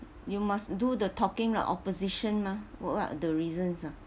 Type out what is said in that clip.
you must do the talking like opposition ah what are the reasons ah